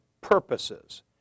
purposes